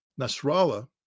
Nasrallah